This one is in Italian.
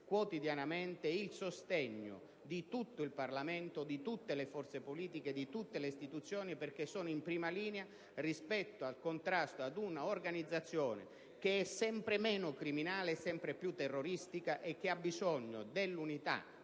quotidianamente il sostegno di tutto il Parlamento, di tutte le forze politiche e di tutte le istituzioni, perché sono in prima linea nel contrasto ad un'organizzazione che è sempre meno criminale e sempre più terroristica. C'è bisogno dell'unità